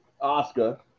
Oscar